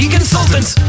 consultants